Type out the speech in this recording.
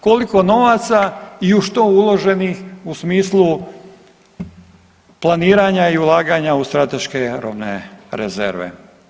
Koliko novaca i u što uloženih u smislu planiranja i ulaganja u strateške robne rezerve.